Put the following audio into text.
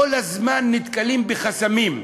אנחנו כל הזמן נתקלים בחסמים.